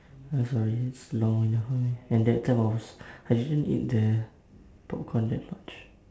I'm sorry it's long and I'm hungry and that time I was I didn't eat the popcorn that much